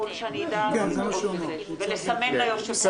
שאני אדע ולסמן ליושב-ראש שצריך לנהל את ההצבעה.